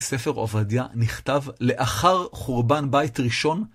ספר עובדיה נכתב לאחר חורבן בית ראשון.